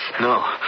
No